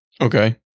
Okay